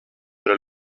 pero